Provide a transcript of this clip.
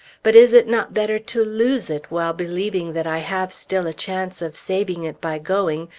but is it not better to lose it while believing that i have still a chance of saving it by going,